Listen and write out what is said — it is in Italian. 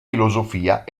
filosofia